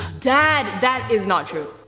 dad, that is not true.